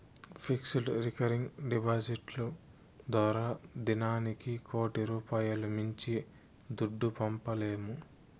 fixed, recurring డిపాడిట్లు ద్వారా దినానికి కోటి రూపాయిలు మించి దుడ్డు పంపలేము